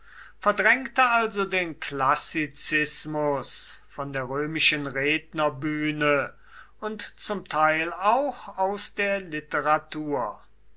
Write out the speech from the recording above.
verdrängte also den klassizismus von der römischen rednerbühne und zum teil auch aus der literatur